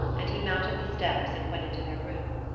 and he mounted the steps and went into their room.